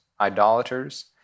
idolaters